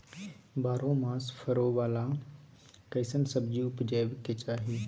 बारहो मास फरै बाला कैसन सब्जी उपजैब के चाही?